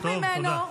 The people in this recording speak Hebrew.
טוב, תודה.